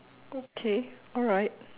okay alright